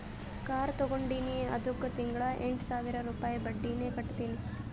car ತಗೊಂಡಿನಿ ಅದ್ದುಕ್ ತಿಂಗಳಾ ಎಂಟ್ ಸಾವಿರ ರುಪಾಯಿ ಬಡ್ಡಿನೆ ಕಟ್ಟತಿನಿ